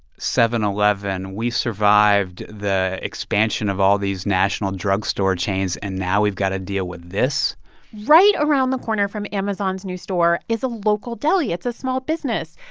seven eleven. we survived the expansion of all these national drugstore chains, and now we've got to deal with this right around the corner from amazon's new store is a local deli. it's a small business.